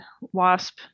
wasp